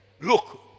look